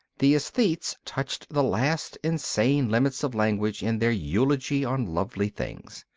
the aesthetes touched the last insane limits of language in their eulogy on lovely things.